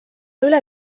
üle